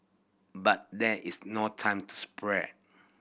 but there is no time to spare